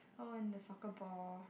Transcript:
oh and the soccer ball